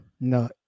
no